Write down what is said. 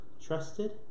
trusted